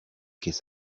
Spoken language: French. caisse